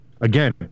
again